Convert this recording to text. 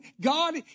God